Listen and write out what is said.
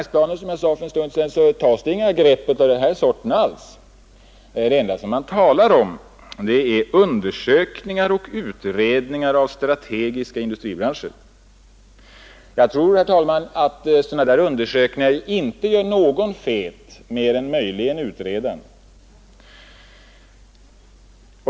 Som jag sade för en stund sedan tas det i finansplanen inte alls några grepp av den här sorten. Det enda som där nämns är ”undersökningar och utredningar om strategiska industribranscher”. Jag tror, herr talman, att sådana undersökningar inte gör någon fet — mer än möjligen utredaren.